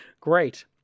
Great